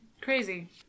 Crazy